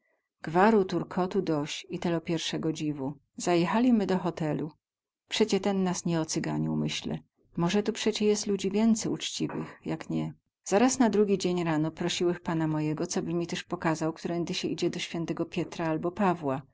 gwaru turkotu doś i telo piersego dziwu zajechalimy do hotelu przecie ten nas nie ocyganił myślę moze tu przecie jest ludzi więcy ućciwych jak nie zaraz na drugi dzień rano prosiłech pana mojego coby mi tyz pokazał ktorędy sie idzie do świętego pietra abo pawła